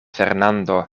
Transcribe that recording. fernando